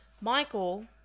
Michael